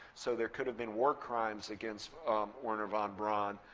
so there could have been war crimes against wernher von braun.